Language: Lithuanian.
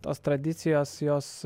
tos tradicijos jos